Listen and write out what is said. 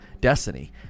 Destiny